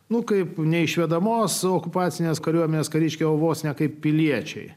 nu kaip neišvedamos okupacinės kariuomenės kariškio vos ne kaip piliečiai